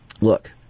look